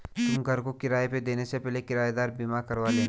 तुम घर को किराए पे देने से पहले किरायेदार बीमा करवा लेना